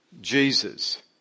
Jesus